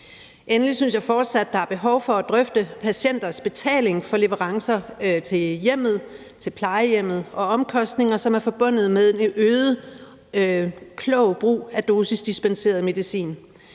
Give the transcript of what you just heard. Endelig synes jeg, at der fortsat er behov for at drøfte patienters betaling for leverancer til hjemmet eller til plejehjemmet og de omkostninger, som er forbundet med en øget klog brug af dosisdispenseret medicin.